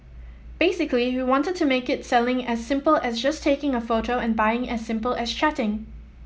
basically we wanted to make it selling as simple as just taking a photo and buying as simple as chatting